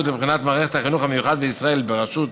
לבחינת מערכת החינוך המיוחד בישראל בראשות